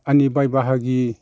आंनि बाय बाहागि